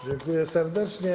Dziękuję serdecznie.